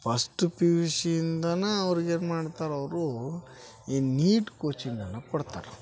first P U ಶಿಯಿಂದನೇ ಅವ್ರ್ಗೆ ಏನು ಮಾಡ್ತಾರ ಅವರು ಈ ನೀಟ್ ಕೋಚಿಂಗನ್ನು ಕೊಡ್ತಾರೆ